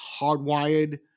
hardwired